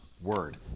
word